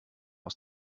aus